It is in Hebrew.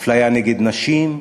אפליה נגד נשים,